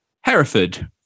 Hereford